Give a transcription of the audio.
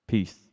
Peace